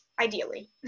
ideally